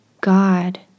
God